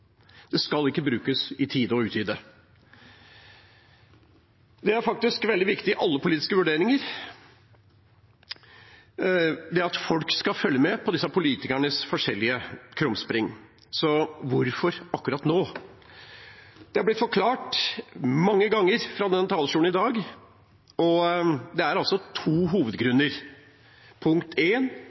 Det skal ikke brukes i tide og utide. Det er faktisk veldig viktig i alle politiske vurderinger, det at folk skal følge med på disse politikernes forskjellige krumspring. Så hvorfor akkurat nå? Det er blitt forklart mange ganger fra denne talerstolen i dag, og det er to hovedgrunner: Punkt